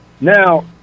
Now